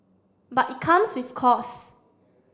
but it comes with costs